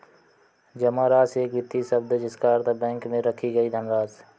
जमा राशि एक वित्तीय शब्द है जिसका अर्थ है बैंक में रखी गई धनराशि